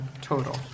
total